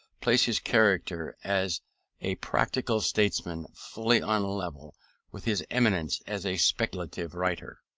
place his character as a practical statesman fully on a level with his eminence as a speculative writer.